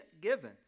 given